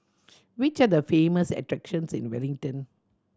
which are the famous attractions in Wellington